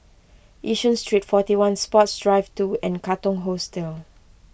Yishun Street forty one Sports Drive two and Katong Hostel